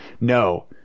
No